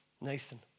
Nathan